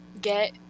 get